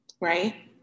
right